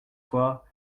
fois